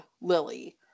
Lily